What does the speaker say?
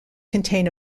contain